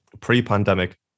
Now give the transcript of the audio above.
pre-pandemic